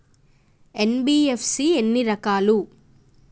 NBFC ఎన్ని రకాలు?